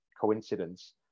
coincidence